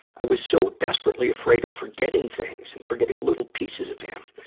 i was so desperately afraid of forgetting things, and forgetting little pieces of him.